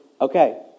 okay